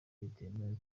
bitemewe